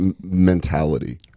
mentality